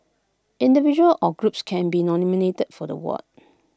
individual or groups can be nominated for the award